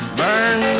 burn